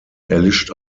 erlischt